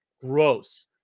gross